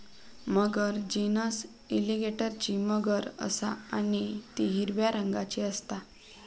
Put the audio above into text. मगर genus एलीगेटरची मगर असा आणि ती हिरव्या रंगाची असता